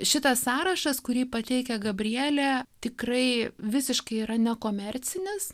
šitas sąrašas kurį pateikia gabrielė tikrai visiškai yra nekomercinis